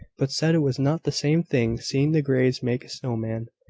but said it was not the same thing seeing the greys make a snow-man.